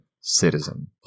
citizen